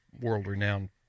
world-renowned